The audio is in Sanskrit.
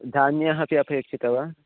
धान्यम् अपि अपेक्षितं वा